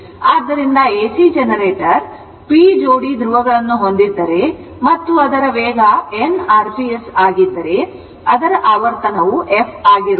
ಆದ್ದರಿಂದ AC generator p ಜೋಡಿ ಧ್ರುವಗಳನ್ನು ಹೊಂದಿದ್ದರೆ ಮತ್ತು ಅದರ ವೇಗ nrps ಆಗಿದ್ದರೆ ಅದರ ಆವರ್ತನವು f ಆಗಿರುತ್ತದೆ